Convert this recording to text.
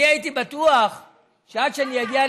אני הייתי בטוח שעד שאני אגיע,